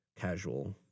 casual